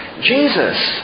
Jesus